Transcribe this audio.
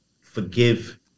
forgive